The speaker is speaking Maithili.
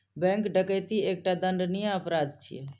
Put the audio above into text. बैंक डकैती एकटा दंडनीय अपराध छियै